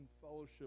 fellowship